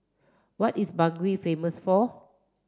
what is Bangui famous for